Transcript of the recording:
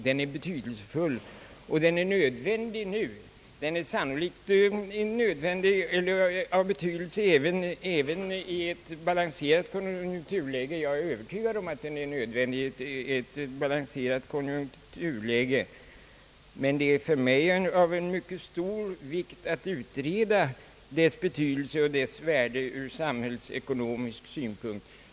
Den är betydelsefull, och den är nu nödvändig. Jag är övertygad om att den är nödvändig även i eit balanserat konjunkturläge, men det är för mig av mycket stor vikt att omskolningens betydelse och värde utredes ur samhällsekonomisk synpunkt.